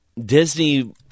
Disney